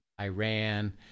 Iran